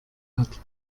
hat